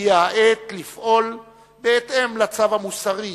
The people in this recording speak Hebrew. הגיעה העת לפעול בהתאם לצו המוסרי,